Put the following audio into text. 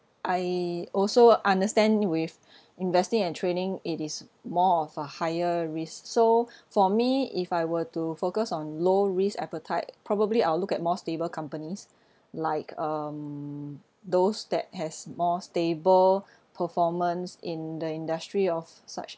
I also understand with investing and trading it is more of a higher risk so for me if I were to focus on low risk appetite probably I'll look at more stable companies like um those that has more stable performance in the industry of such